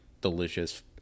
delicious